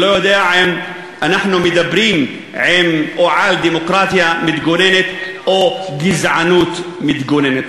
לא יודע אם אנחנו מדברים עם או על דמוקרטיה מתגוננת או גזענות מתגוננת.